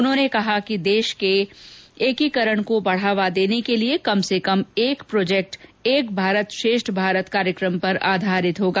उन्होंने कहा कि देश के एकीकरण को बढावा देने के लिए कम से कम एक प्रोजेक्ट एक भारत श्रेष्ठ भारत कार्यक्रम पर आधारित होगा